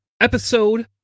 episode